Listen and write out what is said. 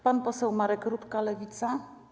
Pan poseł Marek Rutka, Lewica.